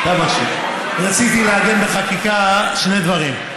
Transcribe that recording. רציתי לעגן בחקיקה שני דברים: